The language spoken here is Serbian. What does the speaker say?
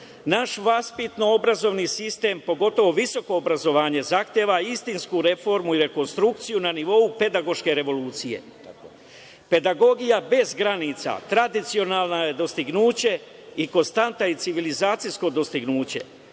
vaspitno-obrazovni sistem, pogotovo visoko obrazovanje, zahteva istinsku reformu i rekonstrukciju na nivou pedagoške revolucije. Pedagogija bez granica, tradicionalno je dostignuće i konstantno je civilizacijsko dostignuće.